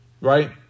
Right